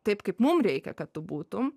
taip kaip mum reikia kad tu būtum